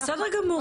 בסדר גמור.